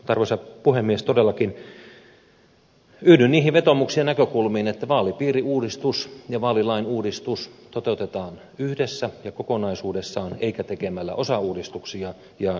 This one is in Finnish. mutta arvoisa puhemies todellakin yhdyn niihin vetoomuksiin ja näkökulmiin että vaalipiiriuudistus ja vaalilain uudistus toteutetaan yhdessä ja kokonaisuudessaan eikä tekemällä osauudistuksia